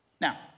Now